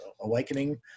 awakening